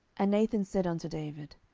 and nathan said unto david,